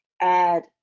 add